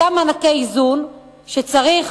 אותם מענקי איזון שצריך